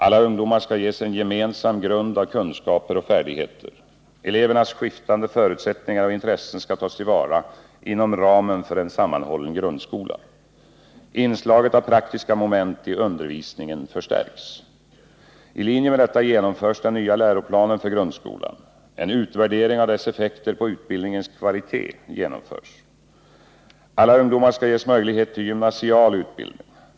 Alla ungdomar skall ges en gemensam grund av kunskaper och färdigheter. Elevernas skiftande förutsättningar och intressen skall tas till vara, inom ramen för en sammanhållen grundskola. Inslaget av praktiska moment i undervisningen förstärks. I linje med detta genomförs den nya läroplanen för grundskolan. En utvärdering av dess effekter på utbildningens kvalitet genomförs. Alla ungdomar skall ges möjlighet till gymnasial utbildning.